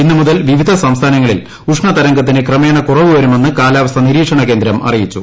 ഇന്ന് മുതൽ വിവിധ സംസ്ഥാനങ്ങളിൽ ഉഷ്ണ തരംഗത്തിന് ക്രമേണ കുറവ് വരുമെന്ന് കാലാവസ്ഥാ നിരീക്ഷണ കേന്ദ്രം അറിയിച്ചു